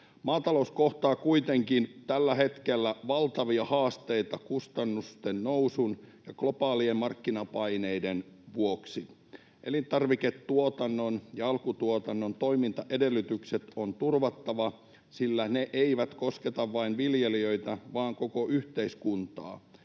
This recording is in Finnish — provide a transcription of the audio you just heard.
Maatalous kohtaa kuitenkin tällä hetkellä valtavia haasteita kustannusten nousun ja globaalien markkinapaineiden vuoksi. Elintarviketuotannon ja alkutuotannon toimintaedellytykset on turvattava, sillä ne eivät kosketa vain viljelijöitä vaan koko yhteiskuntaa.